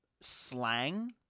slang